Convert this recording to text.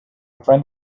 friend